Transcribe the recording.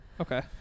Okay